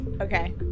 Okay